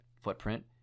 footprint